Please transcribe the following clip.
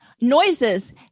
Noises